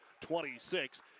26